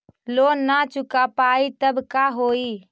Loan न चुका पाई तब का होई?